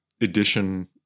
edition